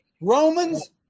Romans